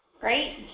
Great